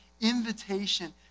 invitation